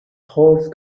horse